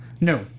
No